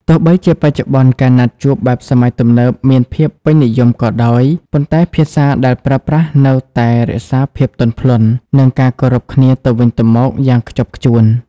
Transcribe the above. ទោះបីជាបច្ចុប្បន្ន ការណាត់ជួបបែបសម័យទំនើបមានភាពពេញនិយមក៏ដោយ ប៉ុន្តែភាសាដែលប្រើប្រាស់នៅតែរក្សាភាពទន់ភ្លន់ និងការគោរពគ្នាទៅវិញទៅមកយ៉ាងខ្ជាប់ខ្ជួន។